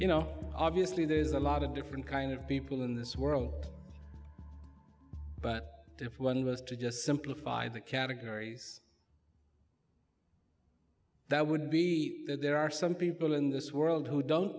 you know obviously there's a lot of different kinds of people in this world but if one was to just simplify the categories that would be that there are some people in this world who don't